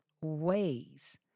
ways